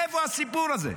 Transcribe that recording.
איפה הסיפור הזה?